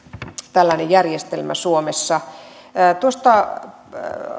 tällainen järjestelmä suomessa tuosta